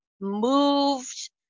moved